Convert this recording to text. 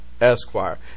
Esquire